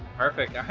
perfect.